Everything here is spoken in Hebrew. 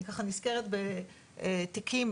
אני נזכרת בתיקים,